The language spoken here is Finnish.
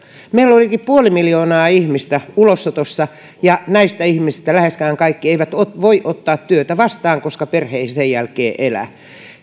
meillä on liki puoli miljoonaa ihmistä ulosotossa ja näistä ihmisistä läheskään kaikki eivät voi ottaa työtä vastaan koska perhe ei sen jälkeen elä